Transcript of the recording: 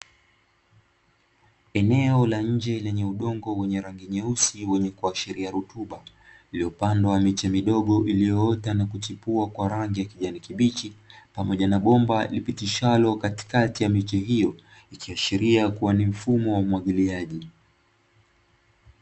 Eneo la nje lenye udongo wenye rangi nyeusi wenye kuashiria rutuba, iliyopandwa miti midogo na kuchipua kwa rangi ya kijani kibichi pamoja na bomba lipitishwalo katikati ya miche hiyo, ikiashiria kuwa ni mfumo wa umwagiliaji.